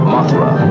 Mothra